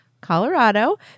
Colorado